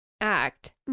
act